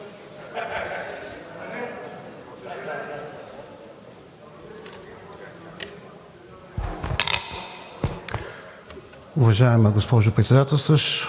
Уважаема госпожо Председателстващ,